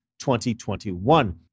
2021